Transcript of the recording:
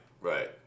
right